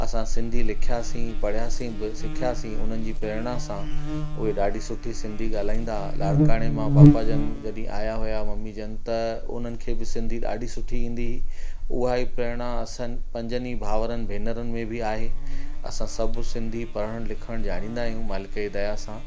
असां सिंधी लिखियासीं पढ़ियासीं पिणि सिखियासीं उन्हनि जी प्रेरणा सां उहे ॾाढी सुठी सिंधी ॻाल्हाईंदा हुआ लाड़काणे मां पापा जिनि जॾहिं आया हुया मम्मी जिनि त उन्हनि खे बि सिंधी ॾाढी सुठी ईंदी हुई उहाईं प्रेरणा असां पंजनि ई भाउरनि भेनरनि में बि आहे असां सभु सिंधी पढ़णु लिखणु ॼाणींदा आहियूं मालिक जी दया सां